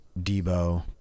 Debo